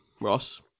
Ross